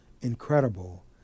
incredible